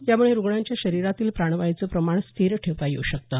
यामुळे रुग्णाच्या शरीरातील प्राणवायूचं प्रमाण स्थिर ठेवता येऊ शकतं